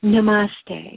Namaste